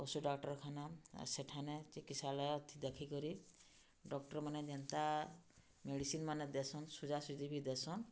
ପଶୁ ଡାକ୍ଟର୍ଖାନା ଆଉ ସେଠାନେ ଚିକିତ୍ସାଳୟଥି ଦେଖିକରି ଡକ୍ଟର୍ମାନେ ଯେନ୍ତା ମେଡ଼ିସିନ୍ମାନେ ଦେସନ୍ ସୁଯାସୁଜି ବି ଦେସନ୍